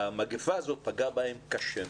שהמגפה הזאת פגעה בהם קשה מאוד,